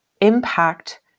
impact